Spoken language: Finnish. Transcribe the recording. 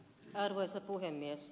arvoisa puhemies